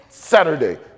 Saturday